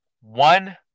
one